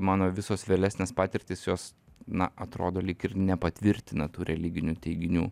mano visos vėlesnės patirtys jos na atrodo lyg ir nepatvirtina tų religinių teiginių